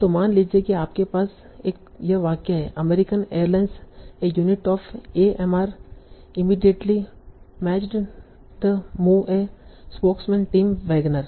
तो मान लीजिए कि आपके पास यह वाक्य है American Airlines a unit of AMR immediately matched the move a spokesman Tim Wagner